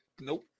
nope